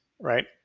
right